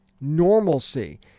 normalcy